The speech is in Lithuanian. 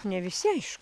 ne visi aišku